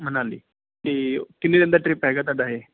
ਮਨਾਲੀ ਅਤੇ ਕਿੰਨੇ ਦਿਨ ਦਾ ਟ੍ਰਿਪ ਹੈਗਾ ਤੁਹਾਡਾ ਇਹ